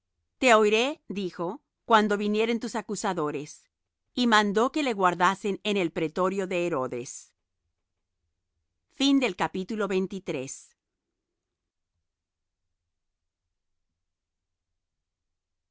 te oiré dijo cuando vinieren tus acusadores y mandó que le guardasen en el pretorio de herodes y